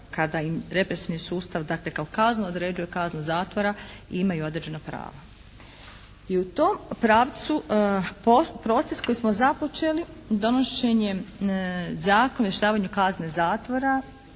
kada im represivni sustav dakle kao kaznu određuje kaznu zatvora imaju određena prava. I u tom pravcu proces koji smo započeli donošenjem zakona i rješavanju kazne zatvora